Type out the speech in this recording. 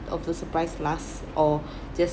of the surprise last or just